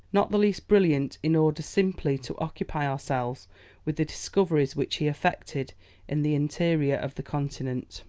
not the least brilliant, in order simply to occupy ourselves with the discoveries which he effected in the interior of the continent.